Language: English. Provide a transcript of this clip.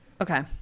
Okay